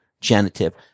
genitive